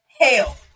hell